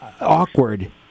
awkward